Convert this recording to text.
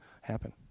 happen